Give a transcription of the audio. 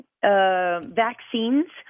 vaccines